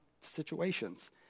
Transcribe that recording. situations